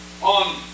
On